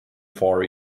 far